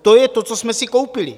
To je to, co jsme si koupili.